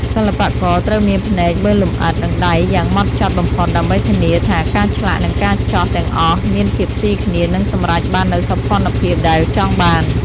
សិល្បករត្រូវមានភ្នែកមើលលម្អិត និងដៃយ៉ាងហ្មត់ចត់បំផុតដើម្បីធានាថាការឆ្លាក់និងការចោះទាំងអស់មានភាពស៊ីគ្នានិងសម្រេចបាននូវសោភ័ណភាពដែលចង់បាន។